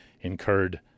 incurred